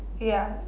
ya